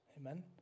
Amen